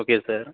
okay sir